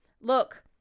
look